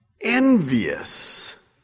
envious